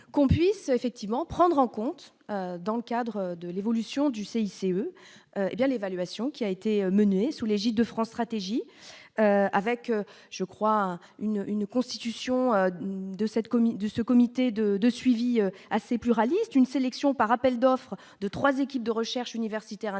qu'on puisse effectivement prendre en compte. Dans le cadre de l'évolution du CICE, hé bien l'évaluation qui a été menée sous l'égide de France Stratégie avec je crois une une constitution de cette commune de ce comité de de suivi. Assez pluraliste, une sélection par appel d'offres de 3 équipes de recherche universitaire indépendant